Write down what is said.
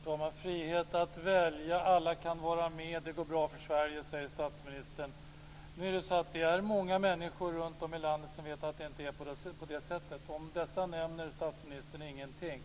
Herr talman! Frihet att välja, alla kan vara med, och det går bra för Sverige, säger statsministern. Det är många människor runtom i landet som vet att det inte är på det sättet. Om dessa nämner statsministern ingenting.